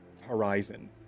horizon